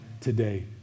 today